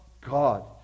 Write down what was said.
God